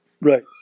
Right